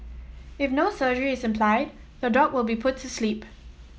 if no surgery is implied the dog will be put sleep